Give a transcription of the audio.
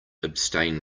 abstain